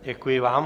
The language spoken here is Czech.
Děkuji vám.